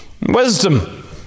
Wisdom